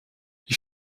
ich